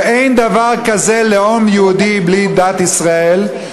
ואין דבר כזה לאום יהודי בלי דת ישראל.